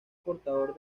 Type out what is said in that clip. portador